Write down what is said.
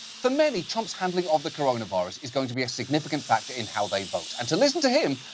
for many, trump's handling of the coronavirus is going to be a significant factor in how they vote. and to listen to him,